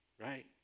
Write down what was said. right